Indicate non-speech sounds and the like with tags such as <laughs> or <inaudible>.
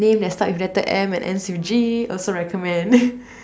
name that start with letter M and ends with G also recommend <laughs>